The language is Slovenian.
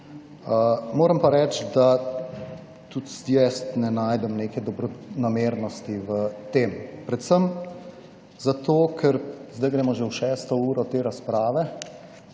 moram pa reči, da tudi jaz ne najdem neke dobronamernosti v tem, predvsem zato, ker zdaj gremo že v šesto uro te razprave,